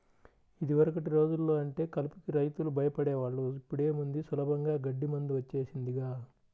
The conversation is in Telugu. యిదివరకటి రోజుల్లో అంటే కలుపుకి రైతులు భయపడే వాళ్ళు, ఇప్పుడేముంది సులభంగా గడ్డి మందు వచ్చేసిందిగా